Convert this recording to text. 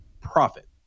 profit